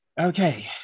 okay